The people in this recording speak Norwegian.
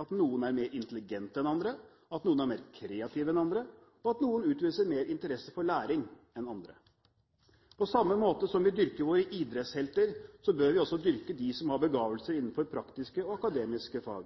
at noen er mer intelligente enn andre, at noen er mer kreative enn andre, og at noen utviser mer interesse for læring enn andre. På samme måte som vi dyrker våre idrettshelter, bør vi også dyrke dem som har begavelser innenfor praktiske og akademiske fag,